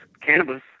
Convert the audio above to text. cannabis